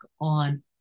on